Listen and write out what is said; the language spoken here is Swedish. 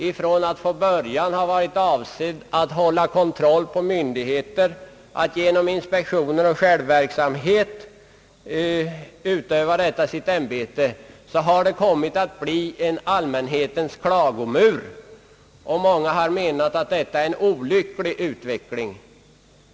Efter att från början ha varit avsett att hålla kontroll över myndigheter, att genom inspektioner och självverksamhet utöva ämbetet, har det kommit att bli en allmänhetens klagomur. Många menar att detta är en olycklig utveckling.